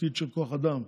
תשתית של כוח אדם,